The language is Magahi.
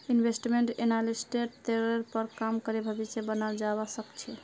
इन्वेस्टमेंट एनालिस्टेर तौरेर पर काम करे भविष्य बनाल जावा सके छे